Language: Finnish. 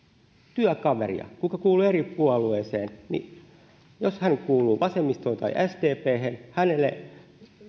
työkaveria kuka kuuluu eri puolueeseen jos hän kuuluu vasemmistoon tai sdphen hänelle